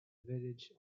village